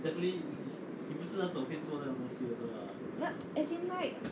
but as in like